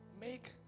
Make